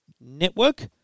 network